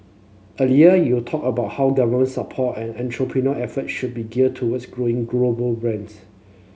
earlier you talked about how government support and entrepreneur effort should be geared towards growing global breads